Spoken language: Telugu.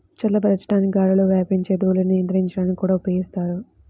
చల్లబరచడానికి గాలిలో వ్యాపించే ధూళిని నియంత్రించడానికి కూడా ఉపయోగిస్తారు